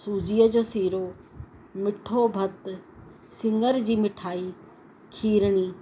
सूजीअ जो सीरो मिठो भत सिङर जी मिठाई खीरिणी